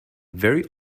very